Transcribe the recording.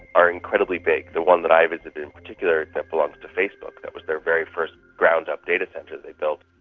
are incredibly big. the one that i visited in particular that belongs to facebook, that was their very first ground up data centre that they built,